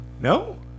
No